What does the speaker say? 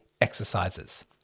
exercises